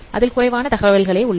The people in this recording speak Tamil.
அதில் குறைவான தகவல்களே உள்ளது